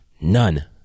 None